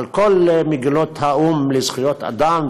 על כל מגילות האו"ם לזכויות אדם,